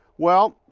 well,